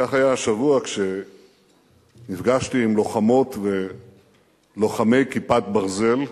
וכך היה השבוע כשנפגשתי עם לוחמות ולוחמי "כיפת ברזל"